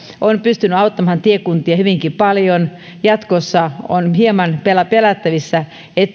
on pystynyt auttamaan tiekuntia hyvinkin paljon jatkossa on hieman pelättävissä